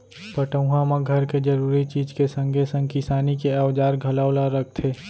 पटउहाँ म घर के जरूरी चीज के संगे संग किसानी के औजार घलौ ल रखथे